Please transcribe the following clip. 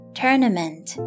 tournament